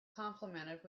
complimented